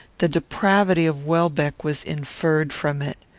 the depravity of welbeck was inferred from it.